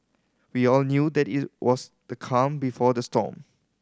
we all knew that it was the calm before the storm